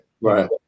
right